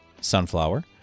sunflower